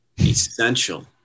essential